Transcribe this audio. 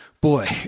Boy